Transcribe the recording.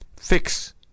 Fix